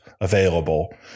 available